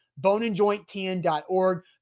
Boneandjointtn.org